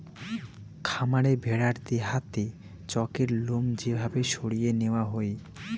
খামারে ভেড়ার দেহাতে চকের লোম যে ভাবে সরিয়ে নেওয়া হই